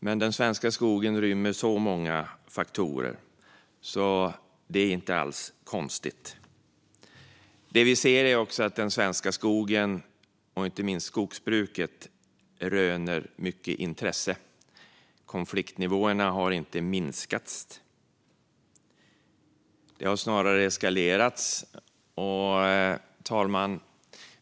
Men den svenska skogen rymmer så många faktorer, så det är inte alls konstigt. Det vi ser är också att den svenska skogen och inte minst skogsbruket röner mycket intresse. Konfliktnivåerna har inte minskat. De har snarare eskalerat. Herr talman!